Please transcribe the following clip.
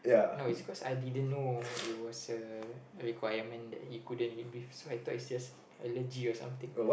no it's cause I didn't know it was a a requirement that he couldn't eat beef so I thought it's just allergy or something